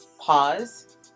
pause